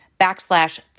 backslash